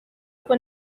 kuko